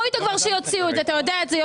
איתו שיוציאו את זה ובגלל נקמה לא הוציאו את זה.